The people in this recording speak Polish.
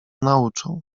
nauczył